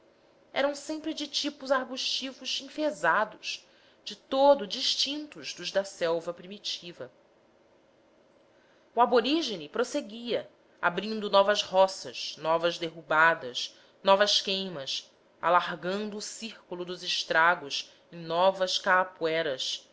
eram sempre de tipos arbustivos enfezados de todo distintos dos da selva primitiva o aborígine prosseguia abrindo novas roças novas derrubadas novas queimas alargando o círculo dos estragos em novas